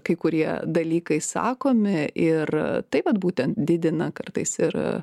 kai kurie dalykai sakomi ir taip vat būtent didina kartais ir